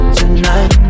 tonight